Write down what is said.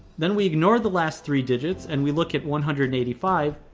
then we ignore the last three digits and we look at one hundred and eighty five.